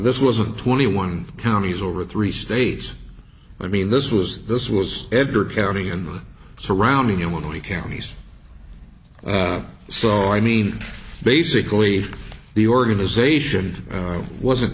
this wasn't twenty one counties over three states i mean this was this was edgar county and the surrounding illinois counties so i mean basically the organization wasn't